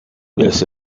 this